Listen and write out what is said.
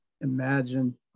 imagine